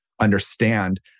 understand